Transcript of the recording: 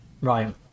Right